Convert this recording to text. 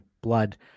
blood